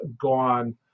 gone